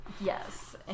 yes